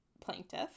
plaintiff